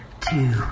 two